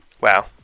Wow